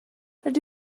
rydw